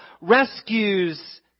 rescues